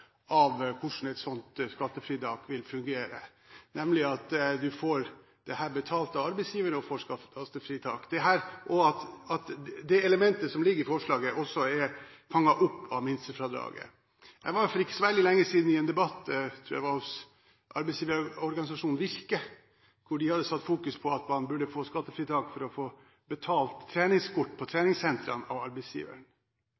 et sånt skattefritak vil fungere. Man får dette betalt av arbeidsgiveren og får skattefritak og at det elementet som ligger i forslaget, også er fanget opp av minstefradraget. Jeg var for ikke så veldig lenge siden i en debatt hos arbeidsgiverorganisasjonen Virke. De hadde fokusert på at man burde få skattefritak for betalt treningskort på